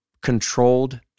controlled